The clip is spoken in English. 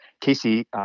casey